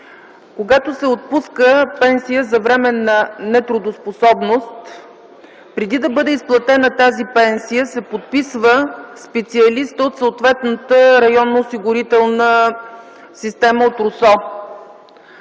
Когато се отпуска пенсия за временна нетрудоспособност преди да бъде изплатена тази пенсия се подписва специалист от съответната районно-осигурителна система, от РУСО.